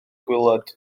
gwaelod